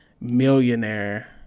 millionaire